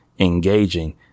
engaging